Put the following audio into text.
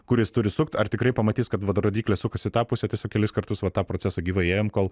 kur jis turi sukt ar tikrai pamatys kad vat rodyklė sukasi į tą pusę tiesiog kelis kartus va tą procesą gyvai ėjom kol